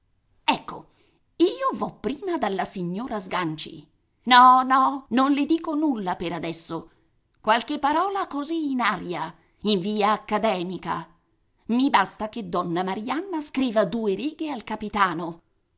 ecco io vo prima dalla signora sganci no no non le dico nulla per adesso qualche parola così in aria in via accademica i basta che donna marianna scriva due righe al capitano